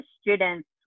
students